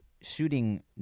shooting